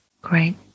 Great